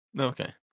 Okay